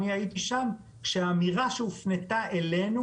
אני הייתי שם, כשהאמירה שהופנתה אלינו